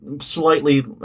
slightly